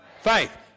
faith